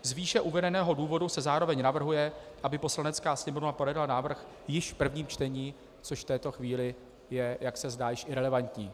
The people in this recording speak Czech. Z výše uvedeného důvodu se zároveň navrhuje, aby Poslanecká sněmovna projednala návrh již v prvním čtení což v této chvíli je, jak se zdá, již irelevantní.